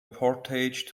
portage